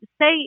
say